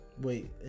Wait